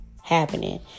happening